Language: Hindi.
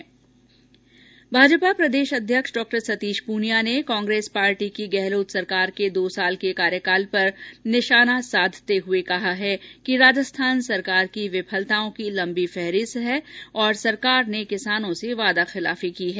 उधर भाजपा प्रदेशाध्यक्ष डॉ सतीश पूनियां ने कांग्रेस पार्टी की गहलोत सरकार के दो साल के कार्यकाल पर निशाना साधते हुए कहा कि राजस्थान सरकार की विफलताओं की लम्बी फेहरिस्त है और सरकार ने किसानों से वादा खिलाफी की है